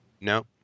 No